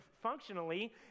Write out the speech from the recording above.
functionally